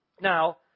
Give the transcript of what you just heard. Now